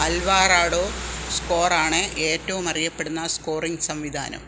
Alvarado സ്കോറാണ് ഏറ്റവും അറിയപ്പെടുന്ന സ്കോറിംഗ് സംവിധാനം